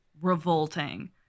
revolting